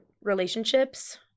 relationships